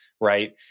right